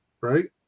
right